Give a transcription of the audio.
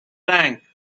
tank